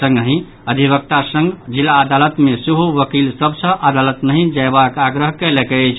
संगहि अधिवक्ता संघ जिला अदालत मे सेहो वकील सभ सॅ अदालत नहि जयबाक आग्रह कयलक अछि